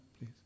please